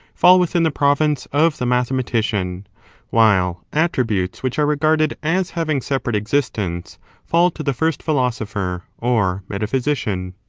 fall within the province of the mathe matician while attributes which are regarded as having separate existence fall to the first philosopher or metaphysician.